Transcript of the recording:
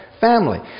family